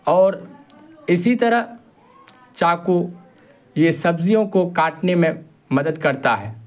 اور اسی طرح چاقو یہ سبزیوں کو کاٹنے میں مدد کرتا ہے